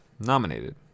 nominated